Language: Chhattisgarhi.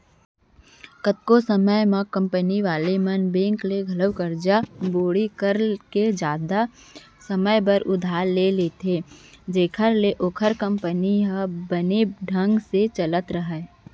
कतको समे म कंपनी वाले मन बेंक ले घलौ करजा बोड़ी करके जादा समे बर उधार ले लेथें जेखर ले ओखर कंपनी ह बने ढंग ले चलत राहय